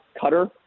cutter